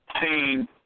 team